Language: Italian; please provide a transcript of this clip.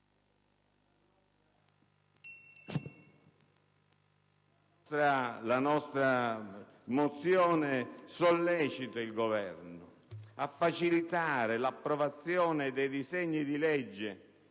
La nostra mozione sollecita il Governo a facilitare l'approvazione dei disegni di legge